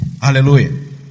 Hallelujah